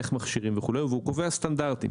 איך מכשירים וכו', והוא קובע סטנדרטים.